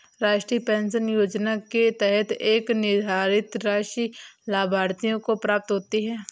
राष्ट्रीय पेंशन योजना के तहत एक निर्धारित राशि लाभार्थियों को प्राप्त होती है